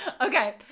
Okay